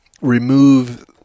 remove